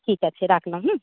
ঠিক আছে রাখলাম হুম